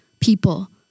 people